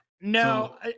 no